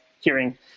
hearing